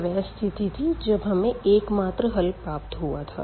यह वह स्थिति थी जब हमें एकमात्र हल प्राप्त हुआ था